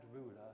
ruler